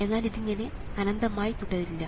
എന്നാൽ ഇതിങ്ങനെ അനന്തമായി തുടരില്ല